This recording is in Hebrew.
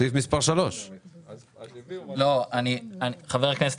סעיף מספר 3. אז לא --- חבר הכנסת,